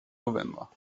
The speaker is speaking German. november